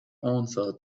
answer